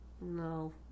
No